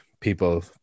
people